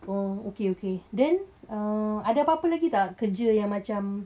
oh okay okay then uh ada apa-apa lagi tak kerja yang macam